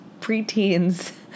preteens